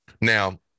Now